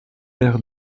air